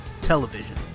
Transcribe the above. television